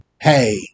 hey